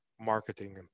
marketing